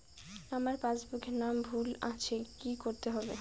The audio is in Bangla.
আমার পাসবুকে নাম ভুল আছে কি করতে হবে?